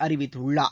அறிவித்துள்ளார்